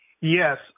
Yes